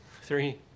Three